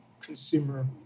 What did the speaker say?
consumer